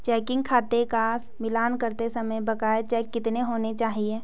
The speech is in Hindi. चेकिंग खाते का मिलान करते समय बकाया चेक कितने होने चाहिए?